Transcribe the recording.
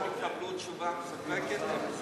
אם יקבלו תשובה מספקת,